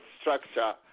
structure